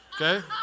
okay